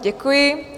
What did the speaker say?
Děkuji.